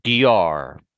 DR